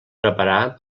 preparar